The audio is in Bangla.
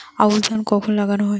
আউশ ধান কখন লাগানো হয়?